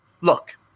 look